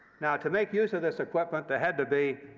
now, to make use of this equipment, there had to be